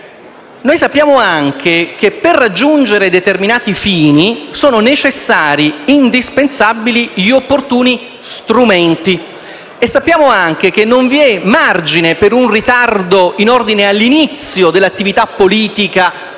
Noi sappiamo anche che, per raggiungere determinati fini, sono necessari, indispensabili gli opportuni strumenti e sappiamo anche che non vi è margine per un ritardo in ordine all'inizio dell'attività politica